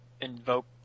invoke